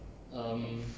um